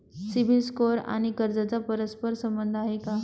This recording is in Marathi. सिबिल स्कोअर आणि कर्जाचा परस्पर संबंध आहे का?